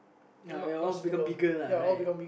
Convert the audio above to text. now ya you all become bigger lah right